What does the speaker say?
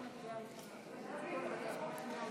האוצר יצחק